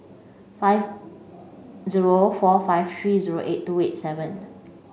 five zero four five three zero eight two eight seven